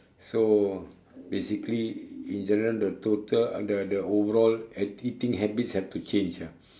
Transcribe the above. so basically in general the total the the overall eat~ eating habits have to change ah